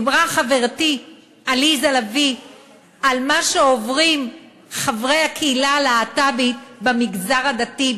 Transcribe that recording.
דיברה חברתי עליזה לביא על מה שעוברים חברי הקהילה הלהט"בית במגזר הדתי,